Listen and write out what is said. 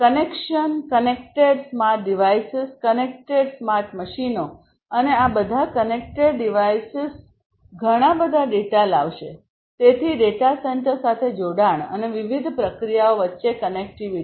connection connected smart devices connected smart મશીનો અને આ બધા કનેક્ટેડ ડિવાઇસેસ ઘણાં બધા ડેટા લાવશેતેથી ડેટા સેન્ટર સાથે જોડાણ અને વિવિધ પ્રક્રિયાઓ વચ્ચે કનેક્ટિવિટી